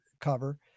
cover